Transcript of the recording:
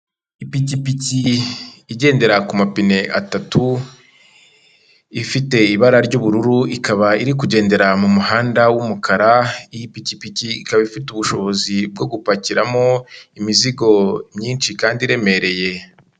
Ipikipiki igendera ku mapine atatu, ifite ibara ry'ubururu ikaba iri kugendera mu muhanda w'umukara, iyi ipikipiki ikaba ifite ubushobozi bwo gupakiramo imizigo myinshi kandi iremereye.